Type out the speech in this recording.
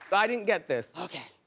but i didn't get this. okay.